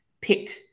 picked